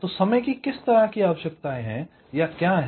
तो समय की किस तरह की आवश्यकताएं क्या हैं